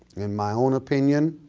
in my own opinion,